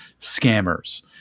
scammers